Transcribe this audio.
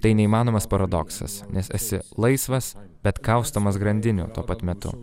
tai neįmanomas paradoksas nes esi laisvas bet kaustomas grandinių tuo pat metu